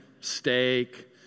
steak